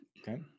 okay